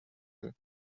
will